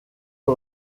aba